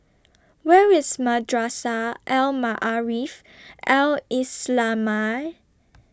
Where IS Madrasah Al Maarif Al Islamiah